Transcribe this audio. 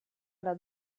alla